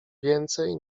więcej